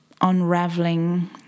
unraveling